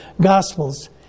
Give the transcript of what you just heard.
Gospels